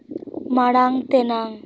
ᱢᱟᱬᱟᱝ ᱛᱮᱱᱟᱝ